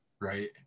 right